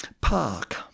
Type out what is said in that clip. park